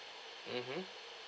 mmhmm